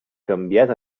canviat